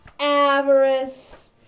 avarice